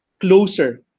closer